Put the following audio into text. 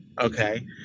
Okay